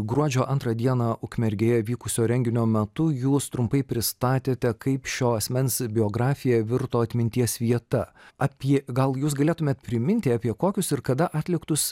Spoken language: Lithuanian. gruodžio antrą dieną ukmergėje vykusio renginio metu jūs trumpai pristatėte kaip šio asmens biografija virto atminties vieta apie gal jūs galėtumėt priminti apie kokius ir kada atliktus